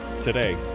today